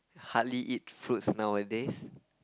hardly eat fruits nowadays